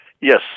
Yes